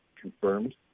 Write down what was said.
confirmed